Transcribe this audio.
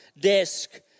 desk